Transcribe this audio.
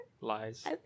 lies